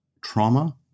Trauma